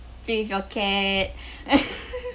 play with your cat